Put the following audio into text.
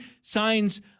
signs